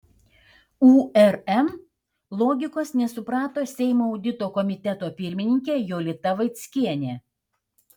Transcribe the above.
urm logikos nesuprato seimo audito komiteto pirmininkė jolita vaickienė